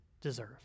deserve